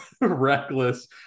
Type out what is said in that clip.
reckless